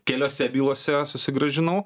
keliose bylose susigrąžinau